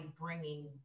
bringing